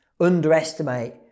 underestimate